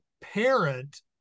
parent